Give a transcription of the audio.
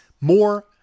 more